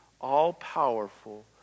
all-powerful